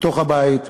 בתוך הבית פנימה,